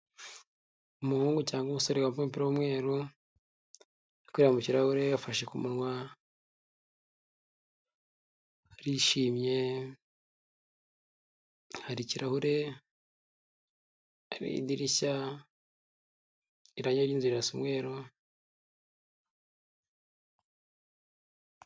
Umuhungu cyangwa umusore wambaye umupira w'umweru, ari kwireba mu kirahure yafashe ku munwa, arishimye, hari ikihure, hari idirishya, ibara ry'inzu rirasa umweru.